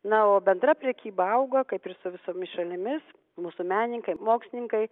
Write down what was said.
na o bendra prekyba augo kaip ir su visomis šalimis mūsų menininkai mokslininkai